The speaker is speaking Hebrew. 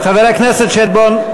שטבון, חבר הכנסת שטבון.